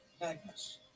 Magnus